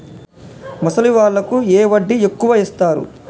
ముసలి వాళ్ళకు ఏ వడ్డీ ఎక్కువ ఇస్తారు?